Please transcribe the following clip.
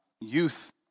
youth